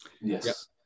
Yes